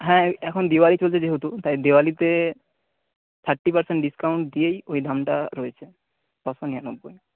হ্যাঁ এখন দিওয়ালি চলছে যেহেতু তাই দেওয়ালিতে থার্টি পার্সেন্ট ডিসকাউন্ট দিয়েই ওই দামটা রয়েছে ছশো নিরানব্বই